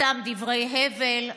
סתם דברי הבל.